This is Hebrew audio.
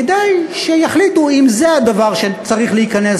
כדי שיחליטו אם זה הדבר שצריך להיכנס